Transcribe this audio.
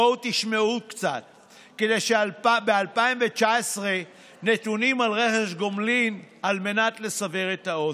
בואו תשמעו קצת נתונים על רכש גומלין ב-2019 על מנת לסבר את האוזן.